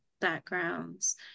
backgrounds